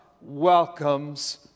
welcomes